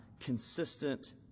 consistent